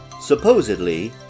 Supposedly